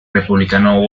republicano